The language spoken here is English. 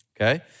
Okay